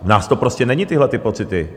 V nás to prostě není, tyhle pocity.